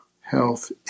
health